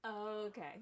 okay